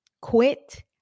Quit